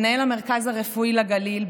מנהל המרכז הרפואי לגליל,